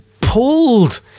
pulled